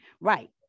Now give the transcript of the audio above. right